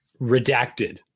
redacted